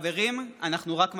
וחברים, אנחנו רק מתחילים.